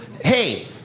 hey